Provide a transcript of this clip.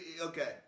Okay